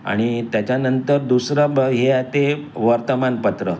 आणि त्याच्यानंतर दुसरं ब हे वर्तमानपत्र